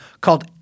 called